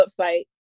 website